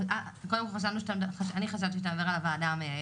קודם כל אני חשבתי שאתה מדבר על הוועדה המייעצת.